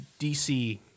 DC